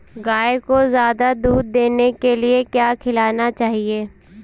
गाय को ज्यादा दूध देने के लिए क्या खिलाना चाहिए?